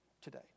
today